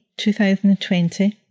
2020